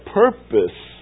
purpose